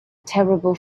terrible